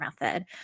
method